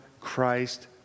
Christ